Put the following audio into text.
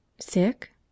Sick